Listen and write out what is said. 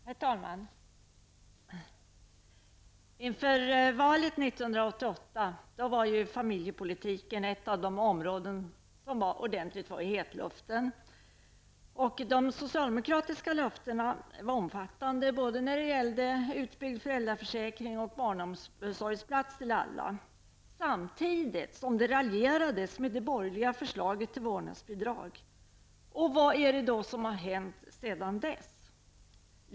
Herr talman! Inför valet 1988 var familjepolitiken ett av de områden som ordentligt var i hetluften. De socialdemokratiska löftena var omfattande både när det gällde utbyggd föräldraförsäkring och barnomsorgsplatser till alla. Samtidigt raljerades det med det borgerliga förslaget till vårdnadsbidrag. Vad är det som har hänt sedan dess?